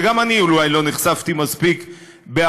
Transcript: וגם אני אולי לא נחשפתי מספיק בעברי,